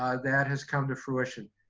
ah that has come to fruition.